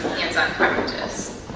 hands-on practice.